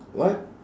what